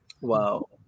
Wow